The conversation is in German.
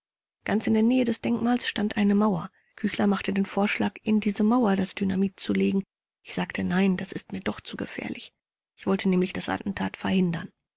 ganz in der nähe des denkmals stand eine mauer küchler machte den vorschlag in diese mauer das dynamit zu legen ich sagte nein das ist mir doch zu gefährlich ich wollte nämlich das attentat verhindern